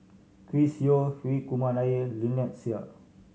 Chris Yeo Hri Kumar Nair Lynnette Seah